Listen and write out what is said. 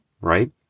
Right